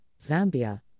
Zambia